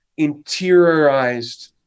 interiorized